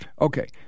Okay